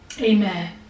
Amen